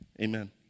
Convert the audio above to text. Amen